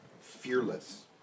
Fearless